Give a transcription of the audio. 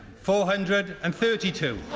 four hundred and thirty two.